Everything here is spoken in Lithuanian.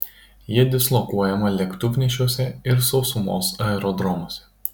ji dislokuojama lėktuvnešiuose ir sausumos aerodromuose